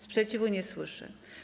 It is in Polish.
Sprzeciwu nie słyszę.